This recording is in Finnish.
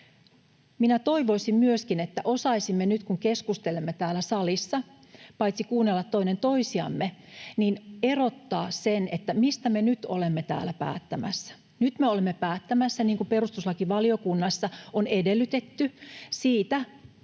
Minä toivoisin myöskin, että osaisimme nyt, kun keskustelemme täällä salissa, paitsi kuunnella toinen toisiamme myös erottaa sen, mistä me nyt olemme täällä päättämässä. Nyt me olemme päättämässä, niin kuin perustuslakivaliokunnassa on edellytetty, siitä,